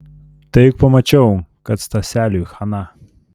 tai juk pamačiau kad staseliui chaną